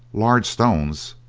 large stones,